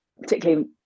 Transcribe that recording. particularly